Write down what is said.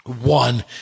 one